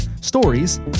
stories